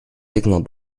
signal